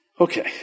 Okay